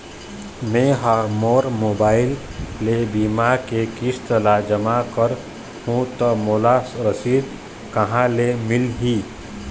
मैं हा मोर मोबाइल ले बीमा के किस्त ला जमा कर हु ता मोला रसीद कहां ले मिल ही?